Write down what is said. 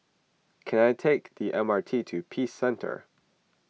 can I take the M R T to Peace Centre